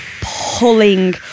pulling